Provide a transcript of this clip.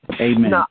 Amen